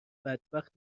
بدبخت